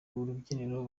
rubyiniro